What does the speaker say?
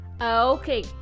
Okay